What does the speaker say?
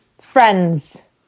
friends